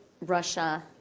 Russia